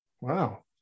Wow